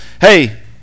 hey